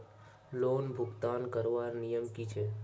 Loan भुगतान करवार नियम की छे?